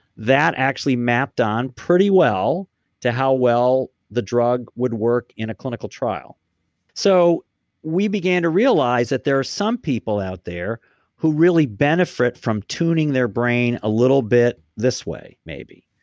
that actually mapped on pretty well to how well the drug would work in a clinical trial so we began to realize that there's some people out there who really benefit from tuning their brain a little bit this way maybe.